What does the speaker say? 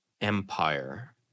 empire